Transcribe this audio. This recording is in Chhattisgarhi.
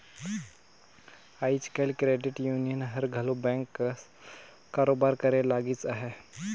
आएज काएल क्रेडिट यूनियन हर घलो बेंक कस कारोबार करे लगिस अहे